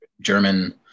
german